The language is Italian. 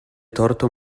torto